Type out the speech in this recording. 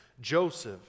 Joseph